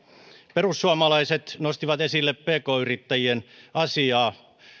perussuomalaiset nostivat esille pk yrittäjien asiaa